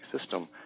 system